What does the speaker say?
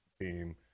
team